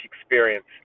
experience